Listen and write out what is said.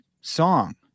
song